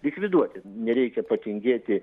likviduoti nereikia patingėti